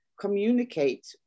communicate